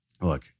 look